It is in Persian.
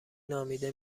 نامیده